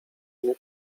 mnie